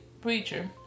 preacher